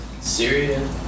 Syria